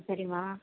சரிம்மா